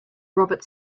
robert